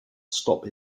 stop